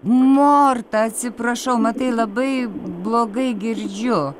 morta atsiprašau matai labai blogai girdžiu